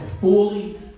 fully